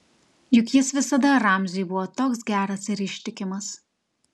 juk jis visada ramziui buvo toks geras ir ištikimas